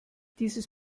dieses